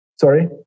Sorry